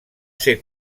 ser